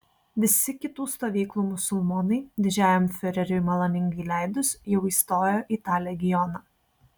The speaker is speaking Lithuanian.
visi kitų stovyklų musulmonai didžiajam fiureriui maloningai leidus jau įstojo į tą legioną